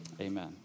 Amen